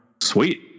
Sweet